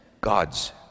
God's